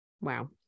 wow